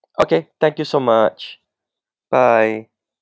okay thank you so much bye